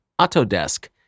Autodesk